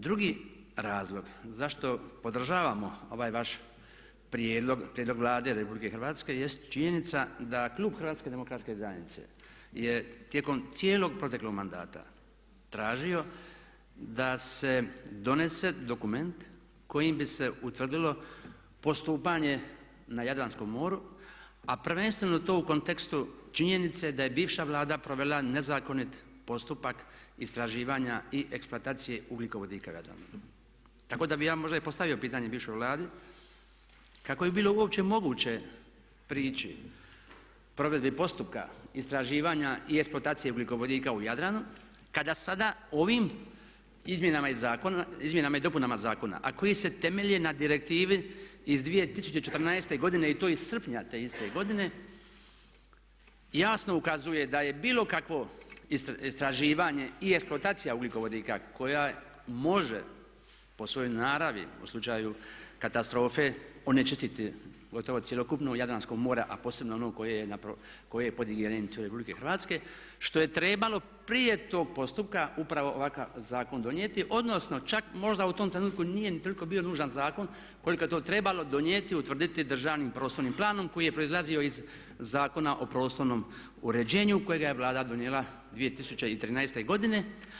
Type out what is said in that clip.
Drugi razlog zašto podržavamo ovaj vaš prijedlog Vlade RH jest činjenica da klub HDZ-a je tijekom cijelog proteklog mandata tražio da se donese dokument kojim bi se utvrdilo postupanje na Jadranskom moru a prvenstveno to u kontekstu činjenice da je bivša Vlada provela nezakonit postupak istraživanja i eksploatacije ugljikovodika … [[Ne razumije se.]] Tako da bih ja možda i postavio pitanje bivšoj Vladi kako je bilo uopće moguće prići provedbi postupka istraživanja i eksploatacije ugljikovodika u Jadranu kada sada ovim izmjenama i dopunama zakona a koji se temelje na Direktivi iz 2014. godine i to iz srpnja te iste godine jasno ukazuje da je bilo kakvo istraživanje i eksploatacija ugljikovodika koja može po svojoj naravi u slučaju katastrofe onečistiti gotovo cjelokupno Jadransko more, a posebno ono koje je pod ingerencijom RH, što je trebalo prije tog postupka upravo ovakav zakon donijeti odnosno čak možda u tom trenutku nije ni toliko bio nužan zakon koliko je to trebalo donijeti i utvrditi državnim prostornim planom koji je proizlazio iz Zakona o prostornom uređenju kojega je Vlada donijela 2013. godine.